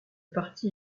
parti